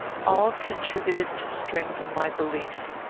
all contributed to strengthen my belief.